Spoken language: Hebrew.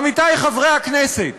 עמיתי חברי הכנסת,